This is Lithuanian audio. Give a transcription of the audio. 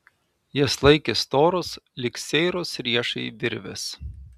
jas laikė storos lyg seiros riešai virvės